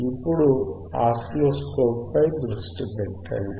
ఇప్పుడు ఆసిలోస్కోప్ పై దృష్టి పెట్టండి